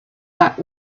back